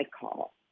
call